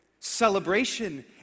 celebration